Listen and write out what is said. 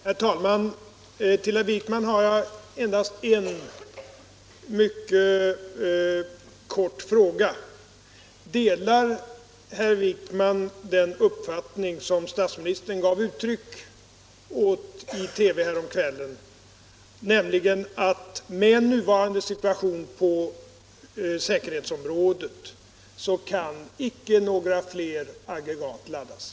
Herr talman! Till herr Wijkman har jag endast en mycket kort fråga: Delar herr Wijkman den uppfattning som statsministern gav uttryck åt i TV härom kvällen, nämligen att några fler aggregat inte kan laddas i nuvarande situation på säkerhetsområdet?